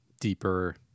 deeper